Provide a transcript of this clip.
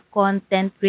content